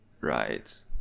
Right